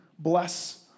Bless